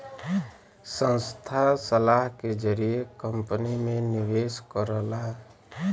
संस्था सलाह के जरिए कंपनी में निवेश करला